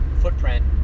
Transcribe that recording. footprint